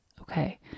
okay